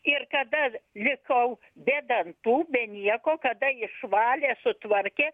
ir kada likau be dantų be nieko kada išvalė sutvarkė